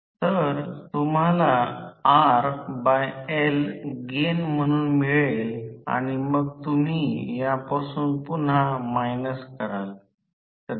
परंतु जेव्हा मशीन त्या t 1 वर स्थिर असते कारण त्या tin 0 वर रोटर n 0 फिरत नाही तर त्या वेळी स्थिर असेल